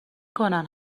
کنن